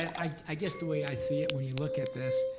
i, i guess the way i see it when you look at this,